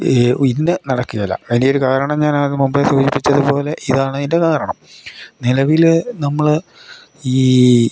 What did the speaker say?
ഈ ഇതിൻ്റ നട ക്കുകയില്ല ഇനി ഒരു കാരണം ഞാൻ അത് മുമ്പെ സൂചിപ്പിച്ചത് പോലെ ഇതാണ് അതിൻ്റെ കാരണം നിലവിൽ നമ്മള് ഈ